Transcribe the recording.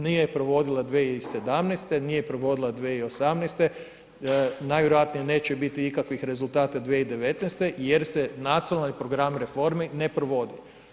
Nije provodila 20017., nije provodila 2018., najvjerojatnije neće biti ikakvih rezultata 2019. jer se nacionalni programi reformi ne provodi.